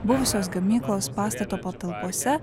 buvusios gamyklos pastato patalpose